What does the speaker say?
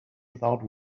without